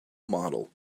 model